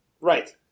Right